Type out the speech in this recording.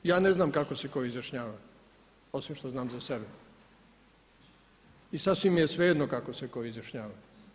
Ja ne znam kako se tko izjašnjava, osim što znam za sebe, i sasvim je svejedno kako se tko izjašnjava.